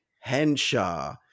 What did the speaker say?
Henshaw